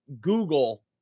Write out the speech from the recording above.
Google